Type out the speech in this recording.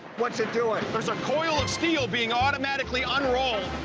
what's it doing? there's a coil of steel being automatically unrolled.